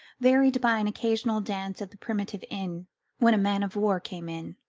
varied by an occasional dance at the primitive inn when a man-of-war came in.